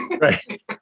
Right